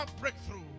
breakthrough